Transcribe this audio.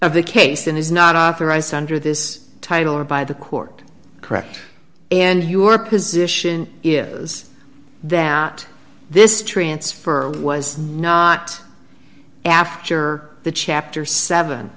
of the case and is not authorized under this title or by the court correct and you are position is that this transfer was not after the chapter seven